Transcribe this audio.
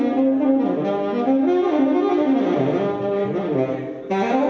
no no no